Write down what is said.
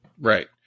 Right